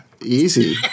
Easy